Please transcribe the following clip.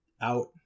out